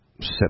set